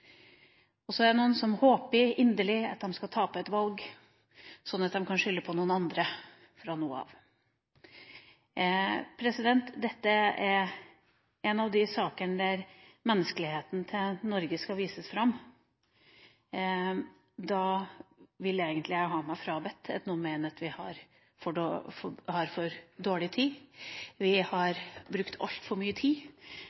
Så er det noen som håper inderlig at de skal tape et valg sånn at de kan skylde på noen andre fra nå av. Dette er en av de sakene der menneskeligheten til Norge skal vises fram. Da vil jeg egentlig ha meg frabedt at noen mener at vi har for dårlig tid. Vi har brukt altfor mye tid på denne saken. Vi